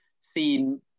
seen